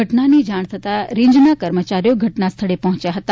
ઘટનાની જાણ થતાં રેન્જના કર્મચારીઓ ઘટના સ્થળે પહોંચ્યા હતા